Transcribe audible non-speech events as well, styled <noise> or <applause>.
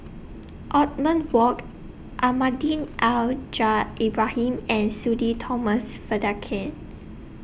<noise> Othman Wok Almahdi Al jar Ibrahim and Sudhir Thomas Vadaketh